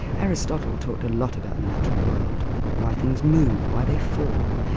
aristotle talked a lot about the natural world why things move, why they fall,